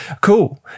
cool